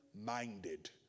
minded